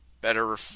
better